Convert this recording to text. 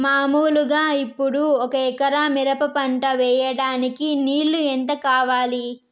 మామూలుగా ఇప్పుడు ఒక ఎకరా మిరప పంట వేయడానికి నీళ్లు ఎంత కావాలి?